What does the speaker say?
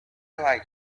like